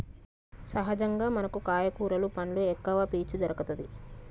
సహజంగా మనకు కాయ కూరలు పండ్లు ఎక్కవ పీచు దొరుకతది